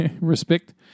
Respect